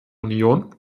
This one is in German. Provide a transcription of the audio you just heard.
union